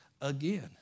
again